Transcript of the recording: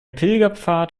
pilgerpfad